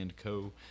Co